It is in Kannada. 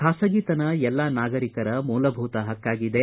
ಖಾಸಗಿತನ ಎಲ್ಲಾ ನಾಗರಿಕರ ಮೂಲಭೂತ ಹಕ್ನಾಗಿದೆ